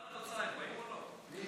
אדוני היושב-ראש, חברי הכנסת, אני